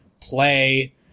Play